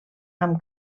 amb